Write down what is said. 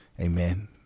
Amen